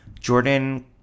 Jordan